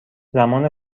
زمان